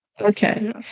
Okay